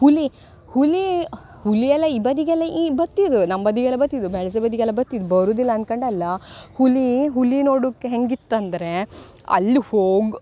ಹುಲಿ ಹುಲಿ ಹುಲಿಯೆಲ್ಲ ಈ ಬದಿಗೆಲ್ಲ ಈ ಬತ್ತಿದು ನಮ್ಮ ಬದಿಗೆಲ್ಲ ಬತ್ತಿದು ಬೆಳ್ಸೆ ಬದಿಗೆಲ್ಲ ಬತ್ತಿದು ಬರುವುದಿಲ್ಲ ಅನ್ಕಂಡು ಅಲ್ಲ ಹುಲಿ ಹುಲಿ ನೋಡುಕ್ಕೆ ಹೆಂಗಿತ್ತು ಅಂದರೆ ಅಲ್ಲಿ ಹೋಗಿ